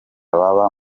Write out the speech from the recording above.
baba